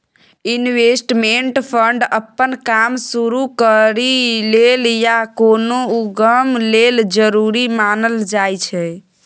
investment fund अप्पन काम शुरु करइ लेल या कोनो उद्यम लेल जरूरी मानल जाइ छै